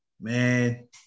Man